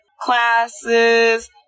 Classes